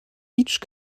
each